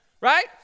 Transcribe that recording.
right